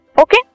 Okay